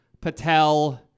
Patel